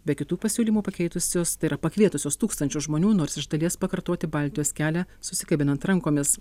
be kitų pasiūlymų pakeitusius tai yra pakvietusios tūkstančius žmonių nors iš dalies pakartoti baltijos kelią susikabinant rankomis